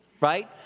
right